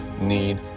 need